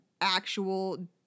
actual